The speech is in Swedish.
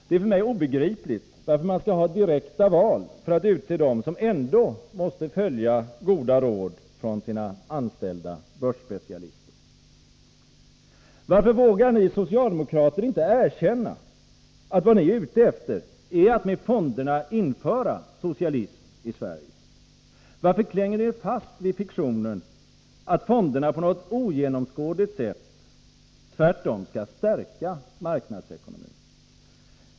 Det är för mig obegripligt varför man skall ha direkta val för att utse dem som ändå måste följa goda råd från sina anställda börsspecialister. Varför vågar ni socialdemokrater inte erkänna, att vad ni är ute efter är att med fonderna införa socialism i Sverige? Varför klänger ni er fast vid fiktionen att fonderna på något ogenomskådligt sätt tvärtom skall stärka marknadsekonomin?